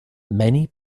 many